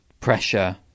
pressure